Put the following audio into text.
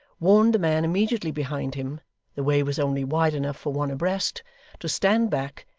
warned the man immediately behind him the way was only wide enough for one abreast to stand back,